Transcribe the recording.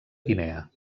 guinea